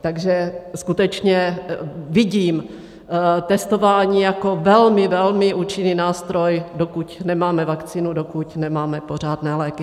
Takže skutečně vidím testování jako velmi, velmi účinný nástroj, dokud nemáme vakcínu, dokud nemáme pořádné léky.